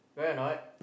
right or not